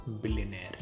billionaire